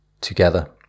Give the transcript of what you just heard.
together